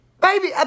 Baby